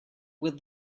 with